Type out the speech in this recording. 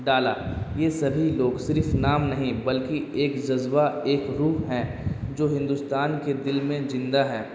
ڈالا یہ سبھی لوگ صرف نام نہیں بلکہ ایک جذبہ ایک روح ہیں جو ہندوستان کے دل میں زندہ ہے